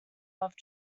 love